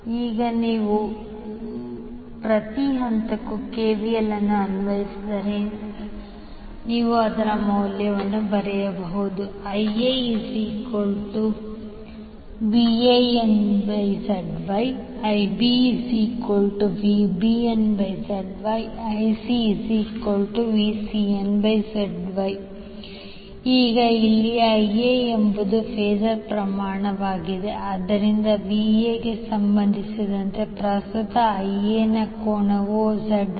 ಈಗ ನೀವು ಪ್ರತಿ ಹಂತಕ್ಕೂ KVL ಅನ್ನು ಅನ್ವಯಿಸಿದರೆ ನೀವು ಅದರ ಮೌಲ್ಯವನ್ನು ಬರೆಯಬಹುದು IaVanZY IbVbnZYVan∠ 120°ZYIa∠ 120° IcVcnZYVan∠ 240°ZYIa∠ 240° ಈಗ ಇಲ್ಲಿ Iaಎಂಬುದು ಫಾಸರ್ ಪ್ರಮಾಣವಾಗಿದೆ ಆದ್ದರಿಂದ Va ಗೆ ಸಂಬಂಧಿಸಿದಂತೆ ಪ್ರಸ್ತುತ Ia ನ ಕೋನವು ZY